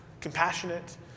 compassionate